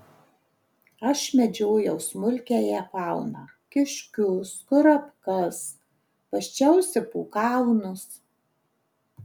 aš medžiojau smulkiąją fauną kiškius kurapkas basčiausi po kalnus